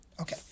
Okay